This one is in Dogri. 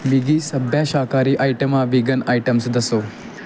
मिगी सब्भै शाकाहारी आइटमां विगन आइटम दस्सो